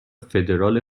فدرال